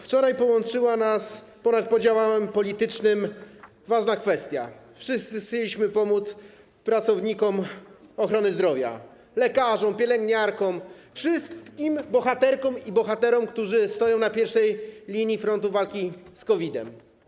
Wczoraj połączyła nas ponad podziałem politycznym ważna kwestia, wszyscy chcieliśmy pomóc pracownikom ochrony zdrowia, lekarzom, pielęgniarkom, wszystkim bohaterkom i bohaterom, którzy stoją na pierwszej linii frontu walki z COVID-em.